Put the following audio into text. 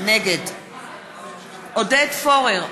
נגד עודד פורר,